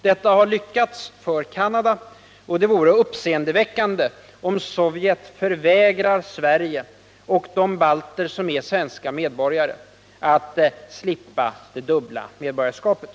Detta har lyckats för Canada, och det vore uppseendeväckande om Sovjet förvägrar Sverige och de balter som är svenska medborgare att slippa det dubbla medborgarskapet.